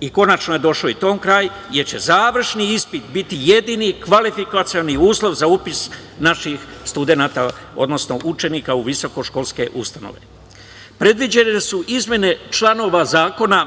I konačno je i tome došao kraj, jer će završni ispit biti jedini kvalifikacioni uslov za upis naših studenata odnosno učenika u visokoškolske ustanove. Predviđene su izmene članova Zakona